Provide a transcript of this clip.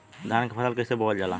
धान क फसल कईसे बोवल जाला?